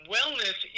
Wellness